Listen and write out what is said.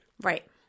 Right